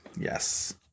Yes